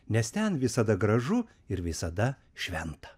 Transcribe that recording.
nes ten visada gražu ir visada šventa